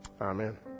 Amen